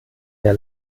der